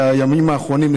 בימים האחרונים,